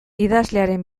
idazlearen